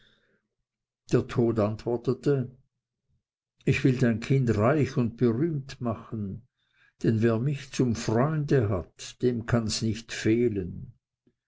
der tod antwortete ich will dein kind reich und berühmt machen denn wer mich zum freunde hat dem kanns nicht fehlen